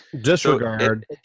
disregard